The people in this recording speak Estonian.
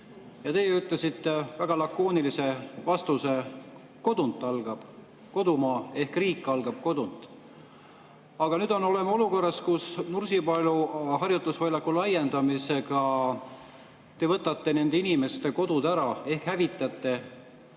Ja teie ütlesite väga lakoonilise vastuse: kodunt algab kodumaa ehk riik algab kodunt. Aga nüüd oleme olukorras, kus Nursipalu harjutusvälja laiendamisega te võtate nende inimeste kodud ära ehk hävitate